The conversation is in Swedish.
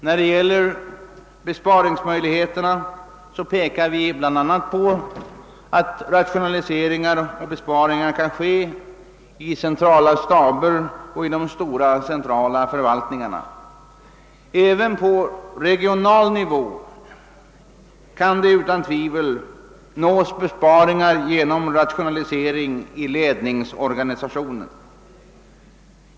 När det gäller besparingsmöjligheterna pekar vi bl.a. på att rationaliseringar och besparingar kan göras i centrala staber och i de stora centrala förvaltningarna. Även på regional nivå kan det utan tvivel nås besparingar genom rationalisering i ledningsorganisationen.